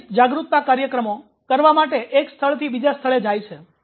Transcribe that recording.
AIDS જાગરૂકતા કાર્યક્રમો કરવા માટે એક સ્થળથી બીજા સ્થળે જાય છે